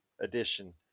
edition